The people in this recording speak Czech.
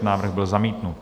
Návrh byl zamítnut.